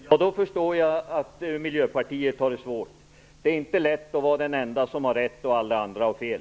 Fru talman! Ja, jag förstår nu att Miljöpartiet har det svårt. Det är inte lätt att vara den ende som har rätt när alla andra har fel.